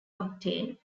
octane